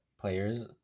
players